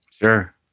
Sure